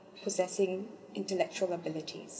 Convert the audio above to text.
possessing intellectual abilities